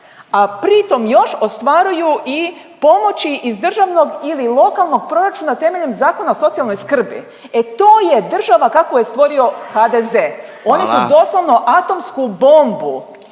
a pritom još ostvaruju i pomoći iz državnog ili lokalnog proračuna temeljem Zakona o socijalnoj skrbi. E to je država kakvu je stvorio HDZ. …/Upadica Radin: